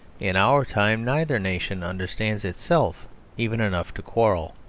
in our time neither nation understands itself even enough to quarrel.